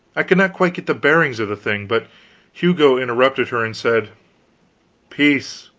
i could not quite get the bearings of the thing. but hugo interrupted her and said peace!